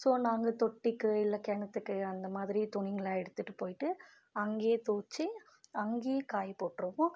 so நாங்கள் தொட்டிக்கு இல்லை கிணத்துக்கு அந்த மாதிரி துணிங்களை எடுத்துட்டு போயிட்டு அங்கேயே துவைச்சி அங்கேயே காய போட்டுருவோம்